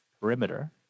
perimeter